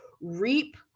reap